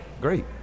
Great